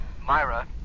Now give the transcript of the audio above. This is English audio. Myra